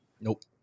Nope